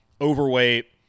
overweight